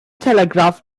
telegraph